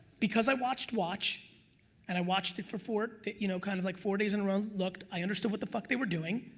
because i watched watch and i watched it for for you know kind of like four days in a row looked, i understood what the fuck they were doing,